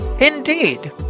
Indeed